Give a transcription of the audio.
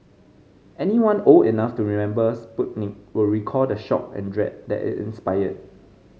anyone old enough to remember Sputnik will recall the shock and dread that it inspired